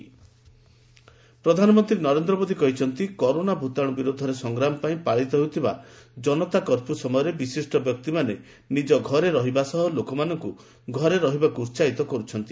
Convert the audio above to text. PM stay home ପ୍ରଧାନମନ୍ତ୍ରୀ ନରେନ୍ଦ୍ର ମୋଦି କହିଛନ୍ତି corona ଭୂତାଣୁ ବିରୋଧରେ ସଂଗ୍ରାମ ପାଇଁ ପାଳିତ ହେଉଥିବା କନତା କର୍ଫ୍ୟ ସମୟରେ ବିଶିଷ୍ଟ ବ୍ୟକ୍ତିମାନେ ନିଜେ ଘରେ ରହିବା ସହ ଲୋକମାନଙ୍କୁ ଘରେ ରହିବାକୁ ଉତ୍ସାହିତ କରୁଛନ୍ତି